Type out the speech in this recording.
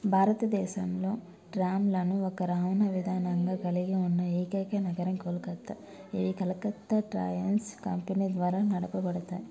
భారతదేశంలో ట్రామ్లను ఒక రవణా విధానంగా కలిగి ఉన్న ఏకైక నగరం కోల్కత్తా ఇవి కలకత్తా ట్రామ్స్ కంపెనీ ద్వారా నడపబడతాయి